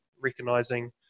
recognizing